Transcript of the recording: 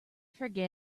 forget